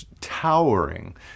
towering